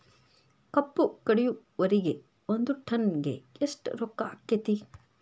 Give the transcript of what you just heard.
ಕಬ್ಬು ಕಡಿಯುವರಿಗೆ ಒಂದ್ ಟನ್ ಗೆ ಎಷ್ಟ್ ರೊಕ್ಕ ಆಕ್ಕೆತಿ?